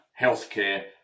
healthcare